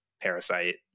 parasite